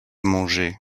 manger